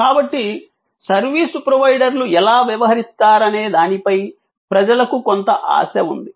కాబట్టి సర్వీసు ప్రొవైడర్లు ఎలా వ్యవహరిస్తారనే దానిపై ప్రజలకు కొంత ఆశ ఉంది